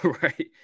Right